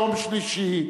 יום שלישי,